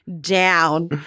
down